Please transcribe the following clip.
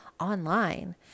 online